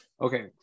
Okay